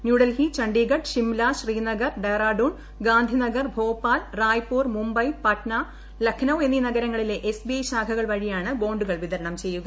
ന്യൂഡൽഹി ചണ്ഢീഗഡ് ഷിംല ശ്രീനഗർ ഡെഹ്റാഡൂൺ ഗാന്ധിനഗർ ഭോപ്പാൽ റായ്പൂർ മുംബൈ പട്ന ലഖ്നൌ എന്നീ നഗരങ്ങളിലെ S B I ശാഖകൾ വഴിയാണ് ബോുകൾ വിതരണം ചെയ്യുക